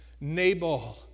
Nabal